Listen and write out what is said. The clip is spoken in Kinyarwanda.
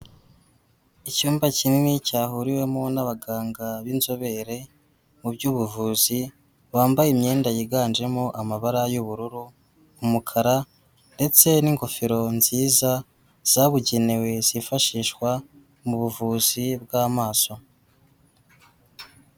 Icyumba kimwe cyahuriwemo n'abaganga b'inzobere mu by'ubuvuzi, bambaye imyenda yiganjemo amabara y'ubururu, umukara ndetse n'ingofero nziza zabugenewe zifashishwa mu buvuzi bw'amaso.